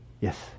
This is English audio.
Yes